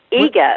ego